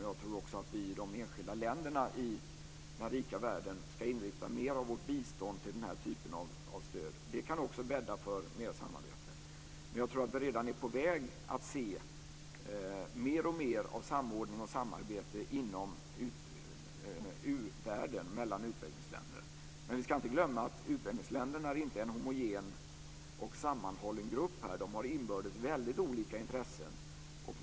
Jag tror också att vi i de enskilda länderna i den rika världen ska inrikta mer av vårt bistånd på den här typen av stöd. Det kan också bädda för mer samarbete. Jag tror att vi redan är på väg att se mer och mer av samordning och samarbete inom u-världen mellan utvecklingsländer. Men vi ska inte glömma att utvecklingsländerna inte är en homogen och sammanhållen grupp. De har väldigt olika intressen inbördes.